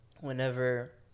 whenever